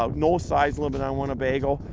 um no size limit on winnebago.